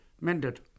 mended